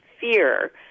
fear